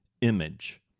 image